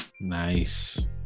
Nice